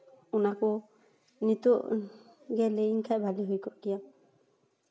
ᱚᱱᱟ ᱠᱚ ᱱᱤᱛᱚᱜ ᱜᱮᱢ ᱞᱟᱹᱭ ᱤᱧ ᱠᱷᱟᱡ ᱵᱷᱟᱜᱮ ᱦᱩᱭ ᱠᱚᱜ ᱠᱮᱭᱟ